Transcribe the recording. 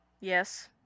Yes